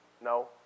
No